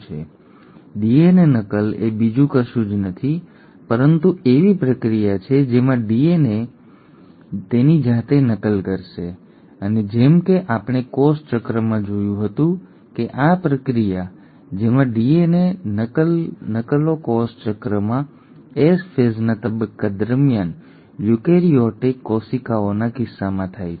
ઠીક છે ડીએનએ નકલ એ બીજું કશું જ નથી પરંતુ એક પ્રક્રિયા છે જેમાં ડીએનએ તેની જાતે નકલ કરશે અને જેમ કે આપણે કોષ ચક્રમાં જોયું હતું કે આ પ્રક્રિયા જેમાં ડીએનએ નકલો કોષ ચક્રમાં એસ ફેઝના તબક્કા દરમિયાન યુકેરીયોટિક કોશિકાઓના કિસ્સામાં થાય છે